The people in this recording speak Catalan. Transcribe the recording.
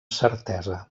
certesa